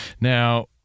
Now